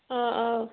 آ آ